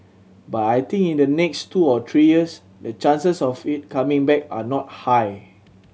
but I think in the next two or three years the chances of it coming back are not high